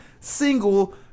single